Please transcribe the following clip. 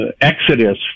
exodus